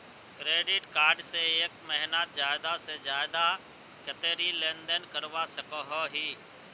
Credit card से एक महीनात ज्यादा से ज्यादा कतेरी लेन देन करवा सकोहो ही?